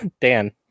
Dan